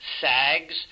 SAGs